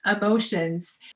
emotions